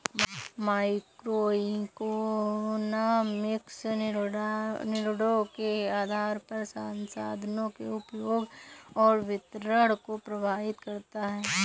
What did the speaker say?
microeconomics निर्णयों के आधार पर संसाधनों के उपयोग और वितरण को प्रभावित करता है